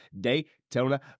Daytona